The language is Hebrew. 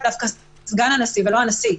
זה דווקא סגן הנשיא ולא הנשיא.